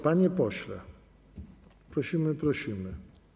Panie pośle, prosimy, prosimy.